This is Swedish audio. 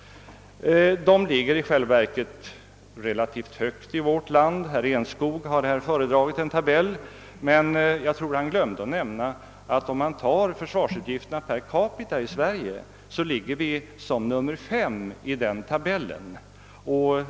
De ligger i själva verket relativt högt i vårt land. Herr Enskog har här föredragit en tabell, men jag tror att han glömde att nämnda att om man tar försvarsutgifterna per capita i Sverige ligger vi som nummer fem i den tabellen.